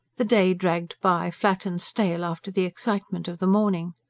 the day dragged by, flat and stale after the excitement of the morning.